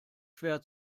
schwer